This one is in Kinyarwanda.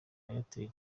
airtel